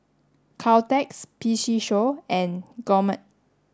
Caltex P C Show and Gourmet